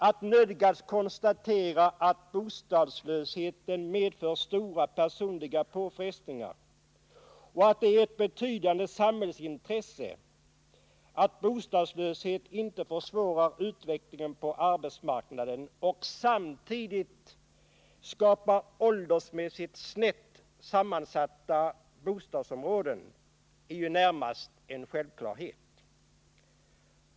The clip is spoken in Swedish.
att nödgas konstatera att bostadslösheten medför stora personliga påfrestningar och att det är ett betydande samhällsintresse att bostadslöshet inte försvårar utvecklingen på arbetsmarknaden och samtidigt skapar åldersmässigt snett sammansatta bostadsområden — det är ju närmast en självklarhet.